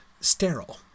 sterile